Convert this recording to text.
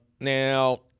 Now